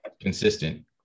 consistent